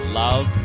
love